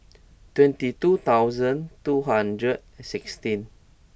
twenty two thousand two hundred and sixteen